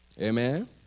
Amen